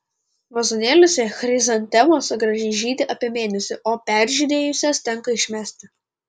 vazonėliuose chrizantemos gražiai žydi apie mėnesį o peržydėjusias tenka išmesti